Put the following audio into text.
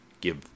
give